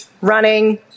running